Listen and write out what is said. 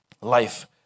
Life